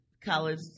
college